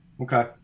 Okay